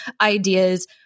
ideas